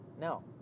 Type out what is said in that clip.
No